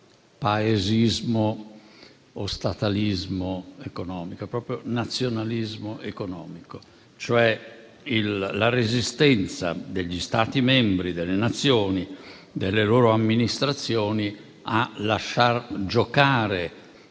paesismo o statalismo economico, ma è proprio nazionalismo economico, cioè la resistenza degli Stati membri, delle Nazioni, delle loro amministrazioni a lasciar giocare